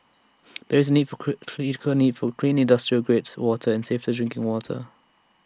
there is A need for critical need for clean industrial grades water and safer drinking water